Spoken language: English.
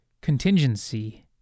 contingency